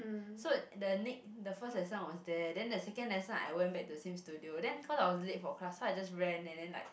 so the next the first lesson I was there then the second lesson I went back to the same studio then cause I was late for class so I just ran and then like